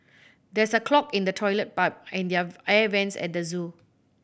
there is a clog in the toilet pipe and their air vents at the zoo